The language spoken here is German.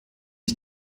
ich